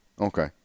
Okay